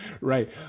Right